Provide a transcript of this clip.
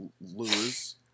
lose